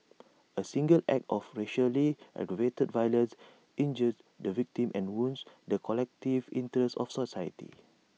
A single act of racially aggravated violence injures the victim and wounds the collective interests of society